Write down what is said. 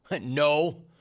No